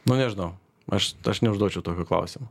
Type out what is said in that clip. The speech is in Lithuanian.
nu nežinau aš aš neužduočiau tokio klausimo